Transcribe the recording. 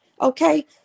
Okay